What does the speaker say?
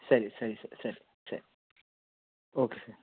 ಸರಿ ಸರಿ ಸರ್ ಸರಿ ಸರಿ ಓಕೆ ಸರ್